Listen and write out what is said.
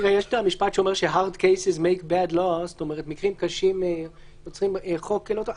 יש משפט שאומר שמקרים קשים יוצרים חוק לא טוב.